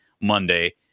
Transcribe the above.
Monday